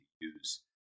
use